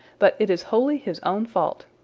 but it is wholly his own fault.